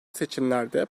seçimlerde